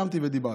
קמתי ודיברתי.